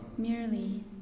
merely